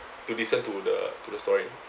to listen to the to the story